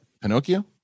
Pinocchio